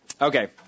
Okay